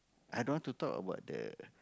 i don't want to talk about the